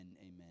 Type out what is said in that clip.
amen